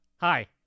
Hi